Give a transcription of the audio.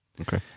Okay